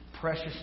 precious